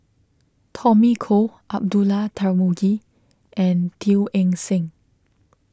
Tommy Koh Abdullah Tarmugi and Teo Eng Seng